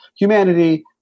humanity